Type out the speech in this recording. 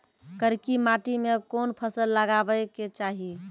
करकी माटी मे कोन फ़सल लगाबै के चाही?